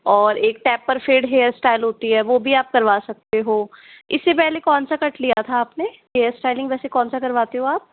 और एक taper fade hairstyle होती है वो भी आप करवा सकते हो इससे पहले कौन सा कट लिया था आपने हेयर स्टाइलिंग वैसे कौन सा करवाते हो आप